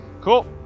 Cool